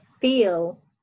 feel